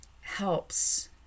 helps